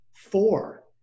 four